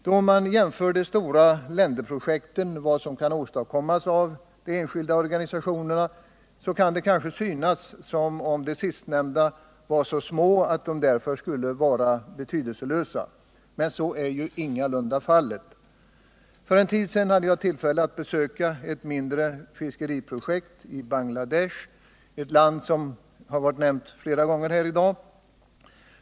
Då man jämför de stora länderprojekten med vad som kan åstadkommas av de enskilda organisationerna, kan det kanske synas som om de sistnämnda är så små att de därför skulle vara betydelselösa. Men så är ju ingalunda fallet. För en tid sedan hade jag tillfälle att besöka ett mindre fiskeriprojekt i Bangladesh, ett land som har varit nämnt flera gånger här i dag.